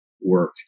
work